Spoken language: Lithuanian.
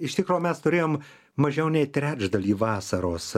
iš tikro mes turėjom mažiau nei trečdalį vasaros